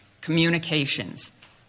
communications